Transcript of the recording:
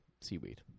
seaweed